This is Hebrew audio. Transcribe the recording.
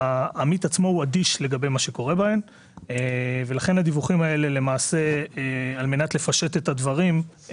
העמית עצמו אדיש לגבי מה שקורה בהן ועל מנת לפשט את הדברים,